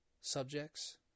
subjects